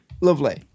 Lovely